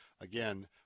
again